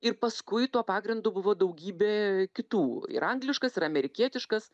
ir paskui tuo pagrindu buvo daugybė kitų ir angliškas ir amerikietiškas